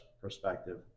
perspective